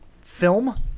film